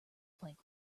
plank